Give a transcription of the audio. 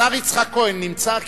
השר יצחק כהן נמצא?